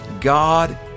God